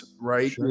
right